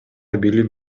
билим